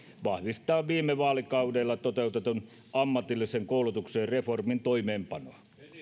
vahvistetaan viime vaalikaudella toteutetun ammatillisen koulutuksen reformin toimeenpanoa